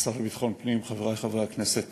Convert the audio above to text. השר לביטחון פנים, חברי חברי הכנסת